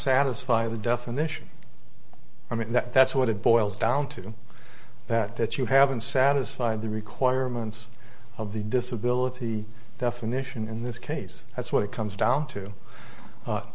satisfy the definition i mean that's what it boils down to that that you haven't satisfied the requirements of the disability definition in this case that's what it comes down to